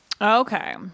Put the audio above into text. Okay